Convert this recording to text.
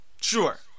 Sure